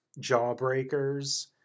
jawbreakers